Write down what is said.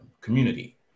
community